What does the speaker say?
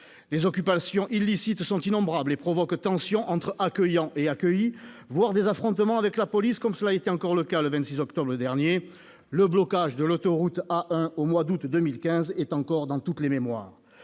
Les occupations illicites sont innombrables et provoquent des tensions entre « accueillants » et « accueillis », voire des affrontements avec la police, comme cela a été encore le cas le 26 octobre dernier. Le blocage de l'autoroute A1 au mois d'août 2015 est également dans toutes les mémoires.